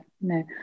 no